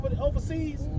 overseas